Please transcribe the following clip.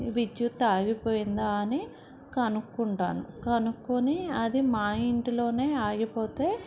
విద్యుత్ ఆగిపోయిందా అని కనుక్కుంటాను కనుక్కొని అది మా ఇంట్లో ఆగిపోతే